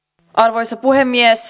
arvoisa puhemies